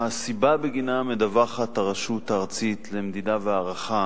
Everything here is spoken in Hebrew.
הסיבה שבגינה הרשות הארצית למדידה והערכה